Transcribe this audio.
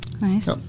Nice